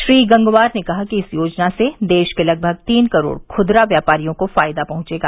श्री गंगवार ने कहा कि इस योजना से देश के लगभग तीन करोड़ खुदरा व्यापारियों को फायदा पहंचेगा